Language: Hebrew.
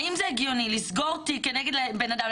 האם זה הגיוני לסגור תיק כנגד בן אדם,